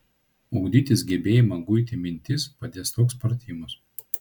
ugdytis gebėjimą guiti mintis padės toks pratimas